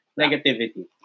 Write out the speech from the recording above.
negativity